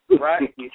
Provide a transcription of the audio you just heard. Right